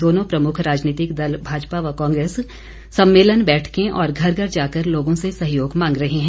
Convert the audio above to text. दोनों प्रमुख राजनीतिक दल भाजपा व कांग्रेस सम्मेलन बैठकें और घर घर जाकर लोगों से सहयोग मांग रहे हैं